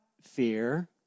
fear